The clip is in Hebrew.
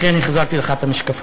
לכן החזרתי לך את המשקפיים.